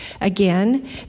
Again